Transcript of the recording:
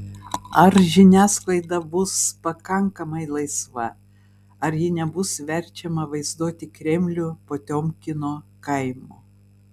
ar žiniasklaida bus pakankamai laisva ar ji nebus verčiama vaizduoti kremlių potiomkino kaimu